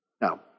Now